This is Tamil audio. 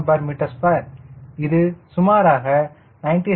7 kgm2 இது சுமாராக 97